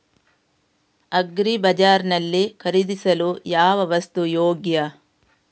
Agri ಬಜಾರ್ ನಲ್ಲಿ ಖರೀದಿಸಲು ಯಾವ ವಸ್ತು ಯೋಗ್ಯ?